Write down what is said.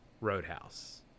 Roadhouse